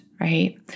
right